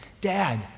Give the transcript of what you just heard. Dad